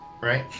Right